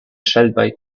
shelby